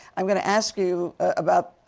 i'm going to ask you about